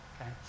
okay